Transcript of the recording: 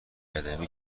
ادبی